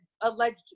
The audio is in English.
alleged